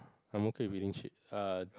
I am okay with eating shit er